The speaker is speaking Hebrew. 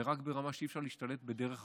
וגם ברמה שאי-אפשר להשתלט בדרג אחרת.